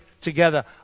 together